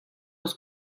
los